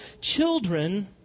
children